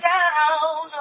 Down